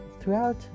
Throughout